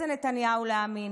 לאיזה נתניהו להאמין?